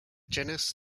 genus